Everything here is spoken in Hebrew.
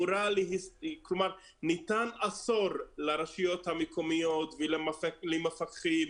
ניתן עשור לרשויות המקומיות ולמפקחים,